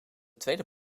tweede